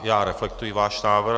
Já reflektuji váš návrh.